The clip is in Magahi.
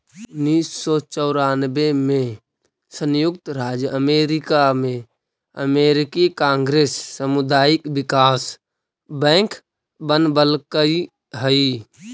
उन्नीस सौ चौरानबे में संयुक्त राज्य अमेरिका में अमेरिकी कांग्रेस सामुदायिक विकास बैंक बनवलकइ हई